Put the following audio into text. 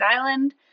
Island